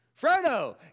Frodo